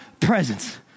presence